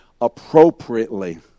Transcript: appropriately